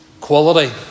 Quality